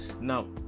Now